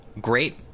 Great